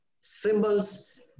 symbols